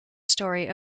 story